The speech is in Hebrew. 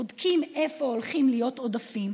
בודקים איפה הולכים להיות עודפים,